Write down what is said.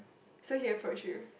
so you have approach you